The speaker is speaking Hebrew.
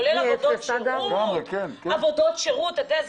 כולל עבודות שירות.